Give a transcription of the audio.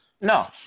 No